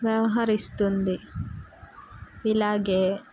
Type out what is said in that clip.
వ్యవహరిస్తుంది ఇలాగే